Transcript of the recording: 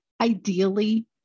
ideally